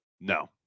No